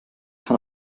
kann